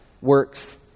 works